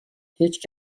هیچ